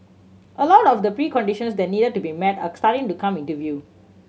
a lot of the preconditions that needed to be met are starting to come into view